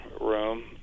room